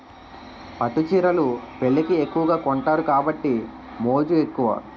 పట్టు చీరలు పెళ్లికి ఎక్కువగా కొంతారు కాబట్టి మోజు ఎక్కువ